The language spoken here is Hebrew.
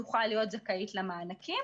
תוכל להיות זכאית למענקים.